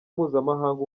mpuzamahanga